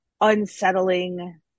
unsettling